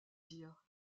dire